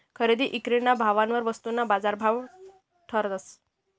खरेदी ईक्रीना भाववर वस्तूना बाजारभाव ठरस